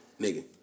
nigga